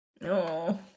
No